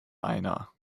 einer